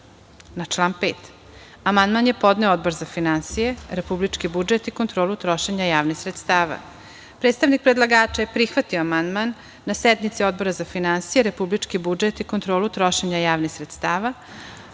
član 5. amandman je podneo Odbor za finansije, republički budžet i kontrolu trošenja javnih sredstava. Predstavnik predlagača je prihvatio amandman na sednici Odbora za finansije, republički budžet i kontrolu trošenja javnih sredstava. Odbor